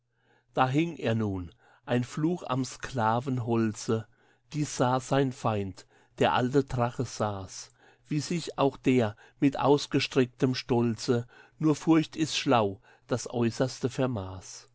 da hing er nun ein fluch am sklavenholze dies sah sein feind der alte drache sah s wie sich auch der mit ausgestrecktem stolze nur furcht ist schlau das äußerste vermaß